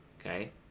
Okay